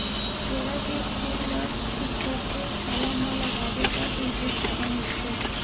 केरा के फूल ल सुखोके छाला म लगाबे त तुरते फायदा मिलथे